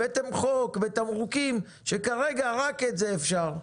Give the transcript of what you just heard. הבאתם חוק בתמרוקים שכרגע רק את זה אפשר.